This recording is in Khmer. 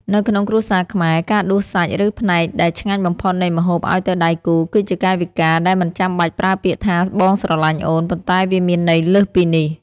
នៅក្នុងគ្រួសារខ្មែរ ការដួសសាច់ ឬផ្នែកដែលឆ្ងាញ់បំផុតនៃម្ហូបឱ្យទៅដៃគូ គឺជាកាយវិការដែលមិនចាំបាច់ប្រើពាក្យថា «បងស្រឡាញ់អូន» ប៉ុន្តែវាមានន័យលើសពីនេះ។